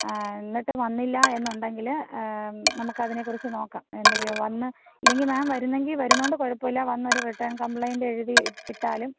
എന്നിട്ടും വന്നില്ല എന്നുണ്ടെങ്കിൽ നമുക്കതിനെക്കുറിച്ച് നോക്കാം എന്തെങ്കിലും വന്ന് ഇല്ലെങ്കിൽ മാം വരുന്നെങ്കിൽ വരുന്നോണ്ട് കുഴപ്പമില്ല വന്നൊരു റിട്ടേൺ കംപ്ലയിൻറ്റ് എഴുതി ഇ ഇട്ടാലും